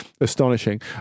astonishing